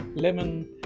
Lemon